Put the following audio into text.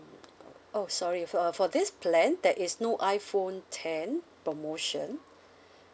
oh sorry for for this plan there is no iphone ten promotion